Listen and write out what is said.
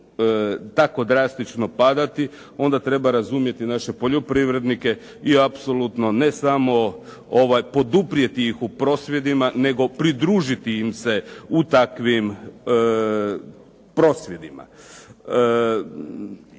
tako drastično padati, onda treba razumjeti naše poljoprivrednike i apsolutno ne samo poduprijeti ih u prosvjedima nego pridružiti im se u takvim prosvjedima.